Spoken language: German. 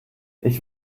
ich